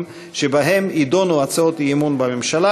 שבהם יידונו הצעות אי-אמון בממשלה.